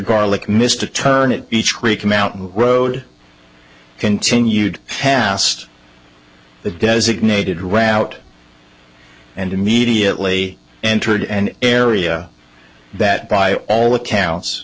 garlic missed to turn it each week mountain road continued past the designated ran out and immediately entered an area that by all accounts